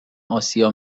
آسیا